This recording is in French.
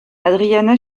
adriana